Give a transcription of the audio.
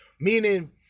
meaning